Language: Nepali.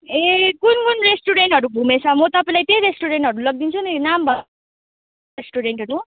ए कुन कुन रेस्टुरेन्टहरू घुमेछ म त तपाईँलाई त्यही रेस्टुरेन्टहरू लगिदिन्छु नि नाम भन्नुहोस् रेस्टुरेन्टहरू